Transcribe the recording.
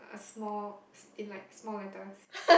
uh small in like small letters